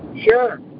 Sure